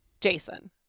Jason